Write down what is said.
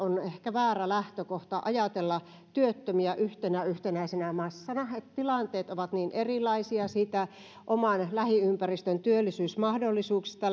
väärä lähtökohta ajatella työttömiä yhtenä yhtenäisenä massana tilanteet ovat niin erilaisia siitä oman lähiympäristön työllisyysmahdollisuuksista